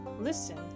Listen